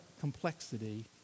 complexity